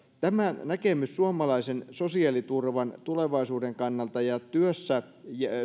tämä näkemys suomalaisen sosiaaliturvan tulevaisuuden kannalta ja työssä